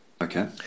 Okay